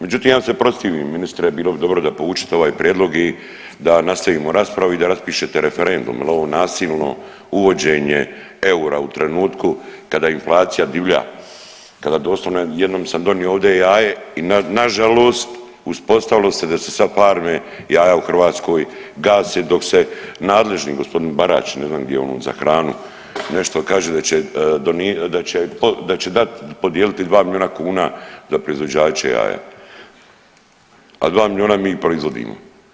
Međutim, ja sa protiv ministre bilo bi dobro da povučete ovaj prijedlog i da nastavimo raspravu i da raspišete referendum jer ovo nasilno uvođenje eura u trenutku kada inflacija divlja, kada doslovno jednom sam donio ovdje jaje i nažalost uspostavilo da se sa farme jaja u Hrvatskoj gase dok se nadležni gospodin Barač ne znam gdje je on za hranu nešto kaže da dati, podijeliti 2 miliona kuna za proizvođače jaja, a 2 miliona mi i proizvodimo.